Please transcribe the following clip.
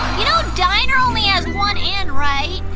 you know diner only has one n, right?